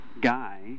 guy